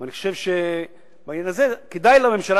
אני חושב שבעניין הזה כדאי לממשלה